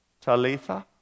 Talitha